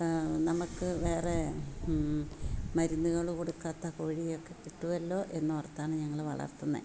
നമ്മൾക്ക് വേറെ മരുന്നുകൾ കൊടുക്കാത്ത കൊഴിയൊക്കെ കിട്ടുമല്ലോ എന്ന് ഓർത്താണ് ഞങ്ങൾ വളർത്തുന്നത്